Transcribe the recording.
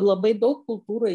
labai daug kultūrai